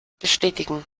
bestätigen